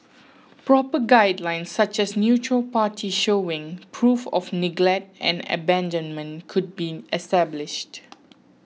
proper guidelines such as the neutral party showing proof of neglect or abandonment could be established